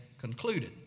concluded